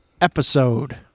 episode